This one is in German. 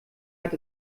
hat